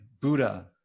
Buddha